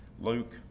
Luke